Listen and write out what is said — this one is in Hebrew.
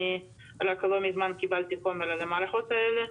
רק לא מזמן קיבלתי חומר על המערכות האלה,